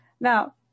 Now